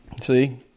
See